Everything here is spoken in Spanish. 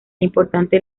importante